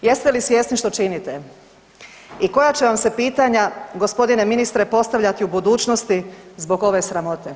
Jeste li svjesni što činite i koja će vam se pitanja gospodine ministre postavljati u budućnosti zbog ove sramote?